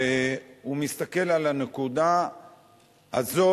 והוא מסתכל על הנקודה הזאת